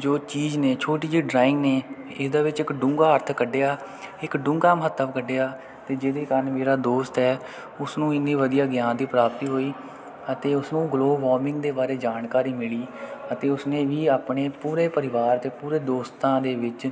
ਜੋ ਚੀਜ਼ ਨੇ ਛੋਟੀ ਜਿਹੀ ਡਰਾਇੰਗ ਨੇ ਇਹਦੇ ਵਿੱਚ ਇੱਕ ਡੂੰਘਾ ਅਰਥ ਕੱਢਿਆ ਇੱਕ ਡੂੰਘਾ ਮਹੱਤਵ ਕੱਢਿਆ ਅਤੇ ਜਿਹਦੇ ਕਾਰਣ ਮੇਰਾ ਦੋਸਤ ਹੈ ਉਸਨੂੰ ਇੰਨੀ ਵਧੀਆ ਗਿਆਨ ਦੀ ਪ੍ਰਾਪਤੀ ਹੋਈ ਅਤੇ ਉਸ ਨੂੰ ਗਲੋਬਲ ਵਾਰਮਿੰਗ ਦੇ ਬਾਰੇ ਜਾਣਕਾਰੀ ਮਿਲੀ ਅਤੇ ਉਸਨੇ ਵੀ ਆਪਣੇ ਪੂਰੇ ਪਰਿਵਾਰ ਅਤੇ ਪੂਰੇ ਦੋਸਤਾਂ ਦੇ ਵਿੱਚ